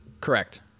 correct